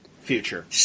future